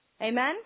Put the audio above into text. amen